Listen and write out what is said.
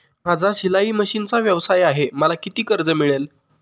माझा शिलाई मशिनचा व्यवसाय आहे मला किती कर्ज मिळेल?